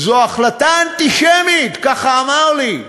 זו החלטה אנטישמית, ככה אמר לי,